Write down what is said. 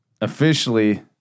officially